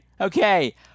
Okay